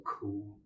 cool